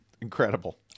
Incredible